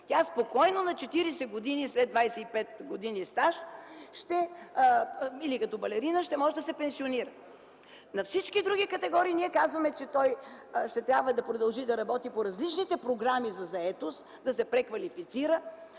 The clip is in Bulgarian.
тя спокойно на 40 години, след 25 години стаж като балерина, тя ще може да се пенсионира. За всички други категории ние казваме, че ще трябва да продължат да работят по различните програми за заетост, да се преквалифицират,